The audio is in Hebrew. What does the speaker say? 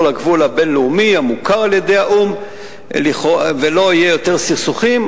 לגבול הבין-לאומי המוכר על-ידי האו"ם ולא יהיו יותר סכסוכים,